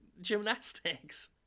gymnastics